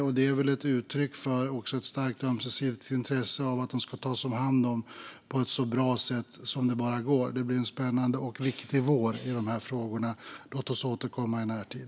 Det är väl också ett uttryck för ett starkt ömsesidigt intresse av att frågorna ska tas om hand på ett så bra sätt som det bara går. Det blir en spännande och viktig vår när det gäller dessa frågor. Låt oss återkomma i närtid!